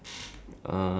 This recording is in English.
blue cap